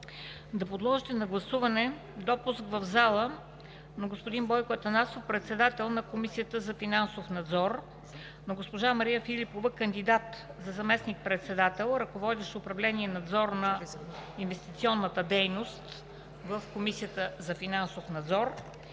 да подложите на гласуване допуск в залата на: господин Бойко Атанасов – председател на Комисията за финансов надзор, госпожа Мария Филипова – кандидат за заместник-председател, ръководещ управление „Надзор на инвестиционната дейност“ в КФН, и госпожа Илиана